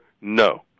No